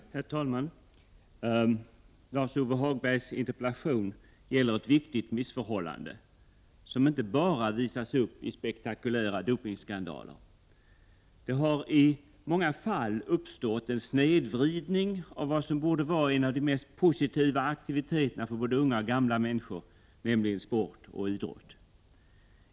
Herr talman! Lars-Ove Hagbergs interpellation gäller ett viktigt missförhållande, som inte bara visas upp i spektakulära dopingskandaler. Det har i många fall uppstått en snedvridning av vad som borde vara en av de mest positiva aktiviteterna för både unga och gamla människor, nämligen sport 83 och idrott.